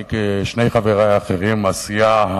כשני חברי האחרים, הסיעה,